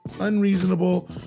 unreasonable